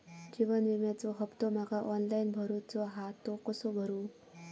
जीवन विम्याचो हफ्तो माका ऑनलाइन भरूचो हा तो कसो भरू?